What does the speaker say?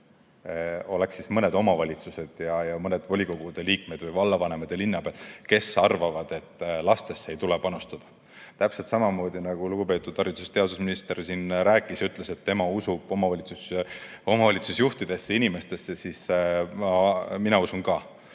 oleks mõned omavalitsused ja mõned volikogude liikmed või vallavanemad ja linnapead, kes arvavad, et lastesse ei tule panustada. Täpselt samamoodi nagu lugupeetud haridus- ja teadusminister siin ütles, et tema usub omavalitsusjuhtidesse, siis mina usun ka.